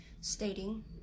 stating